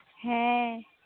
ᱦᱮᱸ